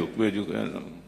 בדיוק, בדיוק.